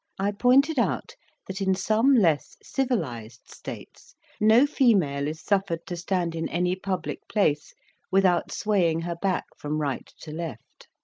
i pointed out that in some less civilised states no female is suffered to stand in any public place with out swaying her back from right to left.